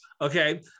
Okay